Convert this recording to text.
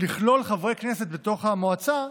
לכלול חברי כנסת בתוך המועצה,